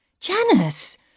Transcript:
Janice